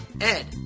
Ed